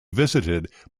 visited